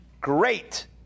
Great